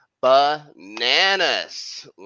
bananas